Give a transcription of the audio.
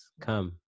come